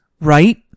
Right